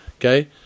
Okay